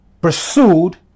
pursued